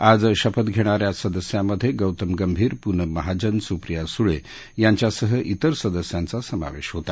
आज शपथ घणि या सदस्यांमध्यातम गंभीर पुनम महाजन सुप्रिया सुळशिंच्यासह तिर सदस्यांचा समावध्याहोता